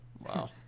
Wow